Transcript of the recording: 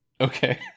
Okay